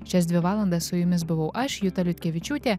šias dvi valandas su jumis buvau aš juta liutkevičiūtė